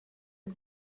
who